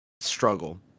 struggle